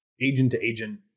agent-to-agent